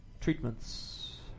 treatments